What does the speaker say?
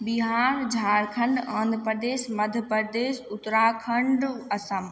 Bihar Jharkhand Andhra Pradesh Madhya Pradesh Uttarakhand Assam